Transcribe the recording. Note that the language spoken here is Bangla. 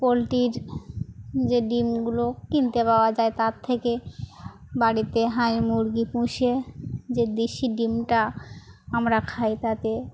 পোলট্রির যে ডিমগুলো কিনতে পাওয়া যায় তার থেকে বাড়িতে হাই মুরগি পুষে যে দেশি ডিমটা আমরা খাই তাতে